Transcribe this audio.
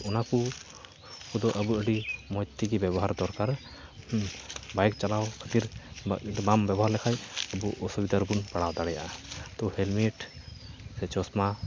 ᱛᱚ ᱚᱱᱟᱠᱩ ᱠᱚᱫᱚ ᱟᱹᱵᱩ ᱟᱹᱰᱤ ᱢᱚᱡᱽᱛᱮ ᱜᱮ ᱵᱮᱵᱚᱦᱟᱨ ᱫᱚᱨᱠᱟᱨ ᱵᱟᱭᱤᱠ ᱪᱟᱞᱟᱣ ᱠᱷᱟᱹᱛᱤᱨ ᱚᱱᱟᱢ ᱵᱮᱵᱚᱦᱟᱨ ᱞᱮᱠᱷᱟᱡ ᱟᱹᱵᱩ ᱚᱥᱩᱵᱤᱫᱟᱨᱮ ᱵᱚᱱ ᱯᱟᱲᱟᱣ ᱫᱟᱲᱮᱭᱟᱜᱼᱟ ᱛᱚ ᱦᱮᱞᱢᱮᱴ ᱥᱮ ᱪᱚᱥᱢᱟ